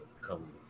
come